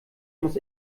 muss